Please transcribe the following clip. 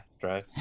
drive